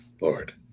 Lord